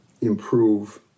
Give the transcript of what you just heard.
improve